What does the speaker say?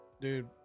Dude